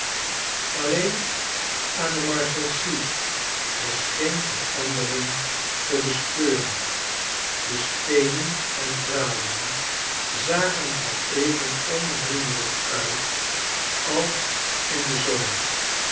alleen aan de marshalsea was geen verandering te bespeuren de steenen en tralien zagen er even onvriendelijk uit als in den zomer